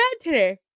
today